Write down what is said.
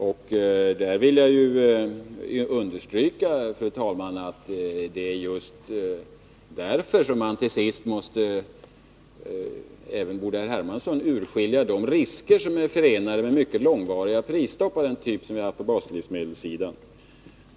Jag vill understryka, fru talman, att det är just därför man till sist måste urskilja — det borde även herr Hermansson göra — de risker som är förenade med mycket långvariga prisstopp av den typ vi har haft på baslivsmedelssidan.